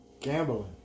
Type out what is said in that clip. gambling